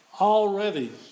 already